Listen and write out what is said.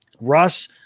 Russ